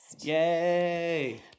Yay